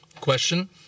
question